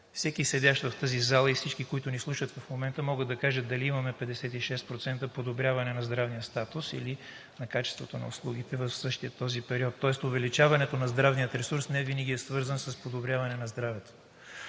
Всеки седящ в тази зала и всички, които ни слушат в момента, могат да кажат дали имаме 56% подобряване на здравния статус, или на качеството на услугите в същия този период?! Тоест увеличаването на здравния ресурс не винаги е свързано с подобряването на здравето.